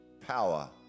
power